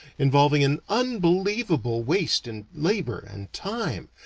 involving an unbelievable waste in labor and time,